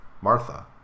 Martha